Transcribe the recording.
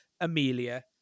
Amelia